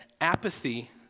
apathy